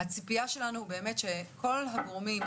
הציפייה שלנו היא באמת שכל הגורמים,